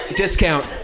Discount